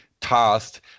task